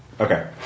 Okay